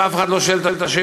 ואף אחד לא שואל את השאלה,